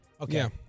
Okay